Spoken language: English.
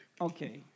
Okay